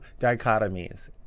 dichotomies